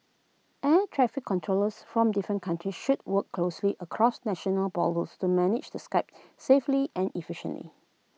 air traffic controllers from different countries should work closely across national borders to manage the Skype safely and efficiently